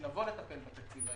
כשנבוא לטפל בתקציב ההמשכי.